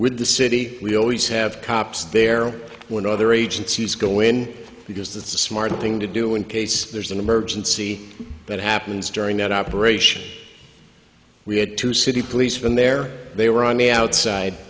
with the city we always have cops there were no other agencies go in because that's the smart thing to do in case there's an emergency that happens during that operation we had two city police from there they were on the outside